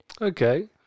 Okay